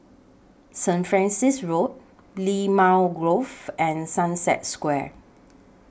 Saint Francis Road Limau Grove and Sunset Square